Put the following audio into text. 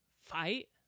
fight